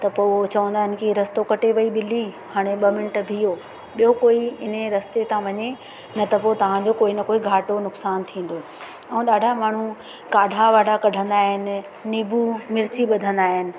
त पोइ चवंदा आहिनि की रस्तो कटे वई ॿिली हाणे ॿ मिंट बीहो ॿियो कोई इन रस्ते तां वञे न त पोइ तव्हांजो कोई न कोई घाटो नुकसानु थींदो ऐं ॾाढा माण्हू काढा वाढा कढंदा आहिनि नीबू मिर्ची बधंदा आहिनि